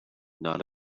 not